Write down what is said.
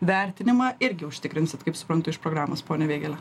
vertinimą irgi užtikrinsit kaip suprantu iš programos pone vėgėle